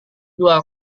dua